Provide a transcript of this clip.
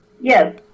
Yes